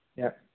య